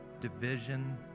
Division